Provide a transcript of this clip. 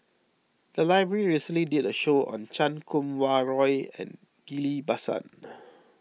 the library recently did a show on Chan Kum Wah Roy and Ghillie Basan